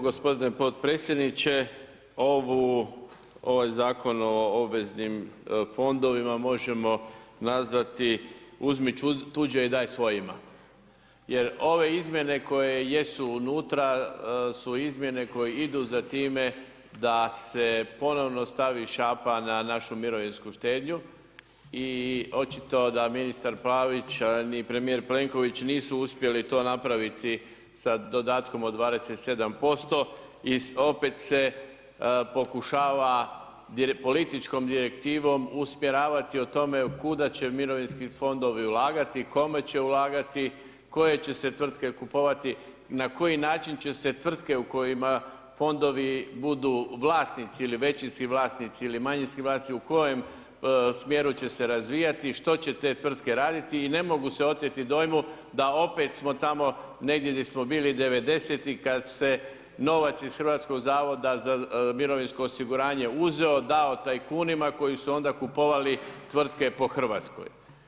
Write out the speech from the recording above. Gospodine podpredsjedniče, ovu ovaj Zakon o obveznim fondovima možemo nazvati, uzmi tuđe i daj svojima, jer ove izmjene koje jesu unutra su izmjene koje idu za time da se ponovo stavi šapa na našu mirovinsku štednju i očito da ministar Pavić, a ni premijer Plenković nisu uspjeli napraviti to sa dodatkom od 27% i opet se pokušava političkom direktivom usmjeravati o tome kuda će mirovinski fondovi ulagati, kome će ulagati, koje će se tvrtke kupovati na koji način će se tvrtke u kojima fondovi budu vlasnici ili većinski vlasnici ili manjinski vlasnici u kojem smjeru će se razvijati i što će te tvrtke raditi i ne mogu se oteti dojmu da opet smo tamo negdje gdje smo bili '90.-tih kad se novac iz HZMO-a uzeo dao tajkunima koji su onda kupovali tvrtke po Hrvatskoj.